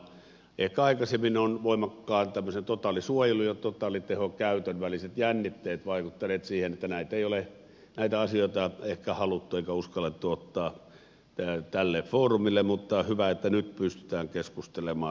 ehkä aikaisemmin ovat voimakkaan tämmöisen totaalisuojelun ja totaalitehokäytön väliset jännitteet vaikuttaneet siihen että näitä asioita ei ole ehkä haluttu eikä uskallettu ottaa tälle foorumille mutta hyvä että nyt pystytään keskustelemaan